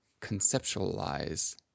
conceptualize